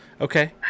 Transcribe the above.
Okay